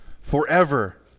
forever